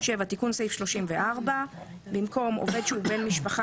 תיקון סעיף 34 7. במקום "עובד שהוא בן משפחה,